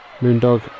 Moondog